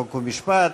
חוק ומשפט.